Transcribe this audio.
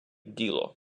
діло